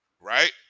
right